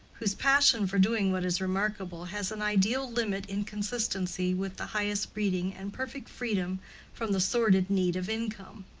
whose passion for doing what is remarkable has an ideal limit in consistency with the highest breeding and perfect freedom from the sordid need of income.